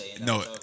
No